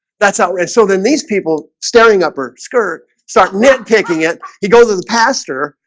that's out, right so then these people staring up her skirt start nitpicking it he goes as pastor.